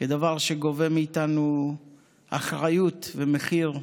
כדבר שגובה מאיתנו אחריות ומחיר וזמינות.